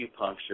acupuncture